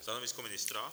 Stanovisko ministra?